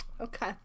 Okay